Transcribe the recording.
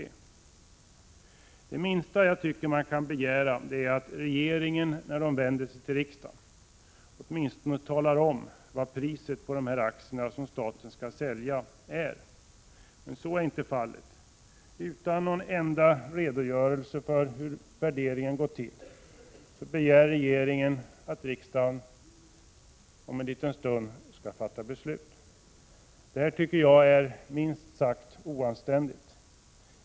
Det minsta jag tycker att man kan begära är att regeringen, när den vänder sig till riksdagen, talar om vad priset på de aktier som staten skall sälja är. Men så sker inte. Utan en enda redogörelse för hur värderingen har gått till Prot. 1986/87:134 begär regeringen att riksdagen om en liten stund skall fatta beslut. Detta — 2 juni 1987 tycker jag är minst sagt oanständigt.